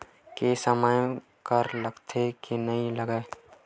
के समय कर लगथे के नइ लगय?